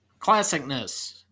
Classicness